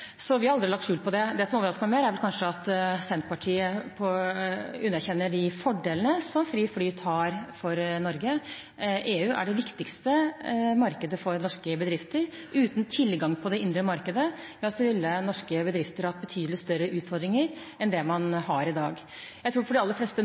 Så vi har aldri lagt skjul på det. Det som overrasker meg mer, er vel kanskje at Senterpartiet underkjenner de fordelene fri flyt har for Norge. EU er det viktigste markedet for norske bedrifter. Uten tilgang til det indre markedet ville norske bedrifter hatt betydelig større utfordringer enn det